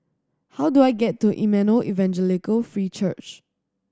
how do I get to Emmanuel Evangelical Free Church